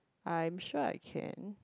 I am sure I can